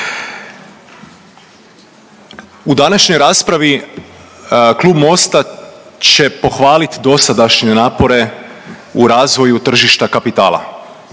U današnjoj raspravi Klub Mosta će pohvalit dosadašnje napore u razvoju tržišta kapitala.